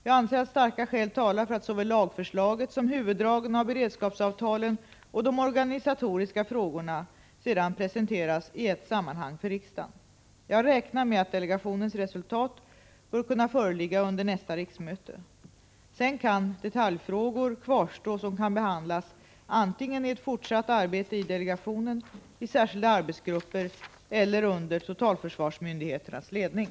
Jag anser att starka skäl talar för att såväl lagförslaget som huvuddragen av beredskapsavtalen och de organisatoriska frågorna sedan presenteras i ett sammanhang för riksdagen. Jag räknar med att delegationens resultat bör kunna föreligga under nästa riksmöte. Sedan kan detaljfrågor kvarstå som kan behandlas antingen i ett fortsatt arbete i delegationen, i särskilda arbetsgrupper eller under totalförsvarsmyndigheternas ledning.